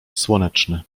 słoneczny